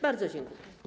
Bardzo dziękuję.